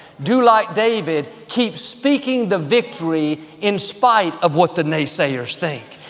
do like david, keep speaking the victory in spite of what the naysayers think.